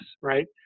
right